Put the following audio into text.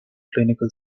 clinical